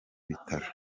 bitaro